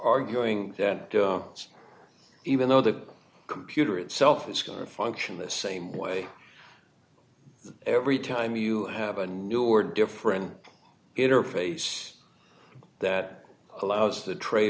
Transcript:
arguing that it's even though the computer itself is going to function the same way every time you have a new or different interface that allows the trade